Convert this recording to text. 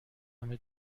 همه